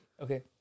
Okay